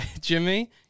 Jimmy